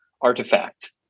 artifact